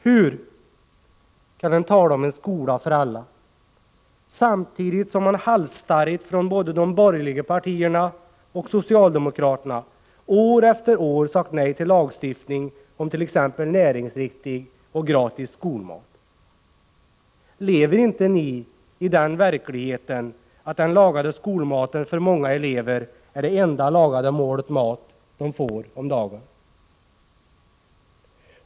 Hur kan man tala om en skola för alla samtidigt som man halsstarrigt från både de borgerliga partierna och socialdemokraterna år efter år har sagt nej till lagstiftning om t.ex. näringsriktig och gratis skolmat? Lever inte ni i den verkligheten där den lagade skolmaten för många elever är det enda lagade målet mat de får på dagen?